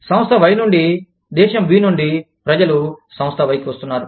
సంస్థ Y నుండి దేశం B నుండి ప్రజలు సంస్థ Y కి వస్తున్నారు